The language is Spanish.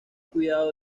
cuidado